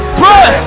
pray